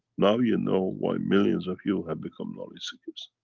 now you know why millions of you have become knowledge seekers.